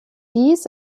dies